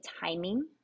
timing